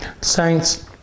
Saints